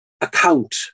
account